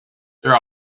there